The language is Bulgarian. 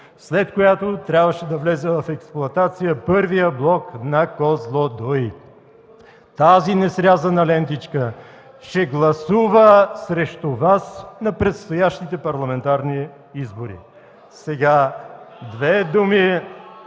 след която трябваше да влезе в експлоатация първият блок на „Козлодуй”. Тази несрязана лентичка ще гласува срещу Вас на предстоящите парламентарни избори. (Реплики